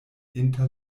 inter